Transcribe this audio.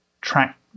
track